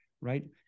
right